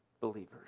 believers